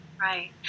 Right